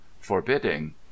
forbidding